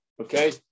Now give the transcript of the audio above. okay